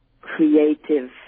creative